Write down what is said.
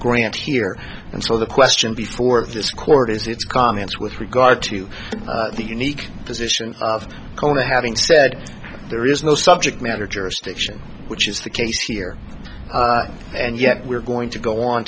grant here and so the question before this court is its contents with regard to the unique position of having said there is no subject matter jurisdiction which is the case here and yet we're going to go on